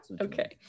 Okay